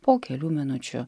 po kelių minučių